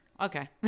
Okay